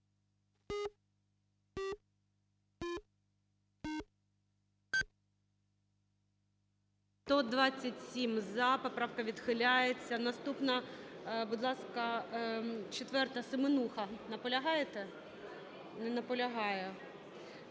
За-127 Поправка відхиляється. Наступна, будь ласка. 4-а, Семенуха. Наполягаєте? Не наполягає.